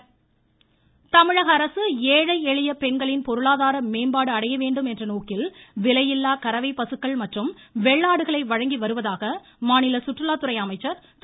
கால்நடை மருந்தகங்கள் தமிழகஅரசு ஏழை எளிய பெண்கள் பொருளாதார மேம்பாடு அடையவேண்டும் என்ற நோக்கில் விலையில்லா கறவை பசுக்கள் மற்றும் வெள்ளாடுகளை வழங்கிவருவதாக மாநில சுற்றுலாத்துறை அமைச்சர் திரு